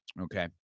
Okay